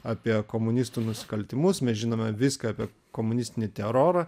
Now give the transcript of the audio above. apie komunistų nusikaltimus mes žinome viską apie komunistinį terorą